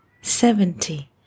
seventy